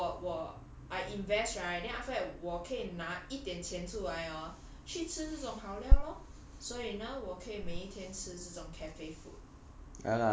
yeah so uh 我我 I invest right then after that 我可以拿一点钱出来 orh 去吃这种好料 lor 所以呢我可以每一天吃这种 cafe food